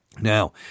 Now